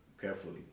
carefully